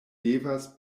devas